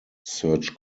search